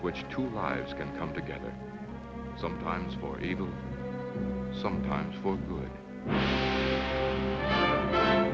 which to lies can come together sometimes for evil sometimes for good